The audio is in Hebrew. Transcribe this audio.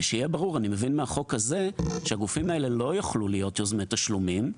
אני מבין מהחוק הזה שהגופים האלה לא יוכלו להיות יוזמי תשלומים,